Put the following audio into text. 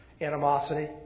animosity